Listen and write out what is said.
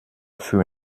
für